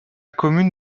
commune